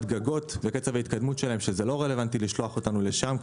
גגות זה לא רלוונטי לשלוח אותנו לשם,